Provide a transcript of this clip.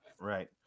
Right